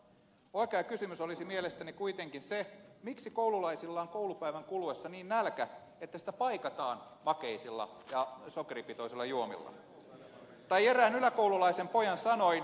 oikea kysymys olisi mielestäni kuitenkin se miksi koululaisilla on koulupäivän kuluessa niin nälkä että sitä paikataan makeisilla ja sokeripitoisilla juomilla tai erään yläkoululaisen pojan sanoin